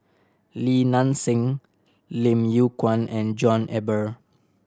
Li Nanxing Lim Yew Kuan and John Eber